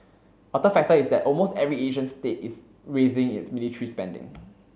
a third factor is that almost every Asian state is raising its military spending